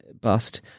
bust –